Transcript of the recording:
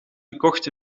gekocht